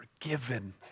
forgiven